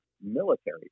military